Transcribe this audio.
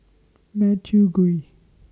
Matthew Ngui